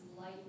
light